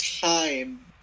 time